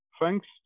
thanks